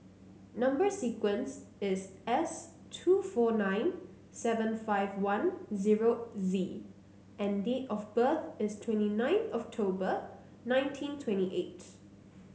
number sequence is S two four nine seven five one zero Z and date of birth is twenty nine October nineteen twenty eight